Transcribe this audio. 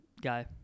guy